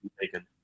taken